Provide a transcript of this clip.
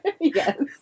yes